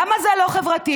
למה זה לא חברתי?